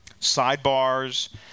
sidebars